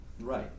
Right